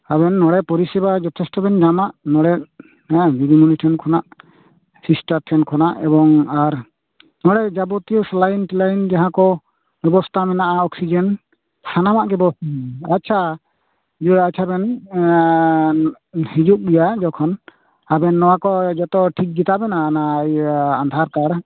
ᱟᱵᱤᱱ ᱱᱚᱰᱮ ᱯᱚᱨᱤᱥᱮᱵᱟ ᱡᱚᱛᱷᱮᱥᱴᱚᱵᱤᱱ ᱱᱟᱢᱟ ᱱᱚᱰᱮ ᱱᱚᱣᱟ ᱫᱤᱫᱤᱢᱩᱱᱤ ᱴᱷᱮᱱ ᱠᱷᱚᱱᱟ ᱥᱤᱥᱴᱟᱨ ᱴᱷᱮᱱ ᱠᱷᱚᱱᱟ ᱮᱵᱚᱝ ᱟᱨ ᱱᱚᱰᱮ ᱡᱟᱵᱚᱛᱤᱭᱟᱹ ᱥᱮᱞᱟᱭᱤᱱ ᱴᱮᱞᱟᱭᱤᱱ ᱡᱟᱦᱟᱸ ᱠᱚ ᱵᱮᱵᱚᱥᱛᱷᱟ ᱢᱮᱱᱟᱜᱼᱟ ᱚᱠᱥᱤᱡᱮᱱ ᱥᱟᱱᱟᱢᱟ ᱜᱮᱵᱚ ᱟᱪᱪᱷᱟ ᱤᱭᱟᱹ ᱟᱪᱪᱷᱟ ᱵᱮᱱ ᱦᱤᱡᱩᱜ ᱜᱮᱭᱟ ᱡᱚᱠᱷᱚᱱ ᱟᱵᱮᱱ ᱱᱚᱣᱟ ᱠᱚ ᱡᱚᱛᱚ ᱴᱷᱤᱠ ᱜᱮᱛᱟᱵᱚᱱᱟ ᱚᱱᱟ ᱤᱭᱟᱹ ᱟᱫᱷᱟᱨ ᱠᱟᱨᱰ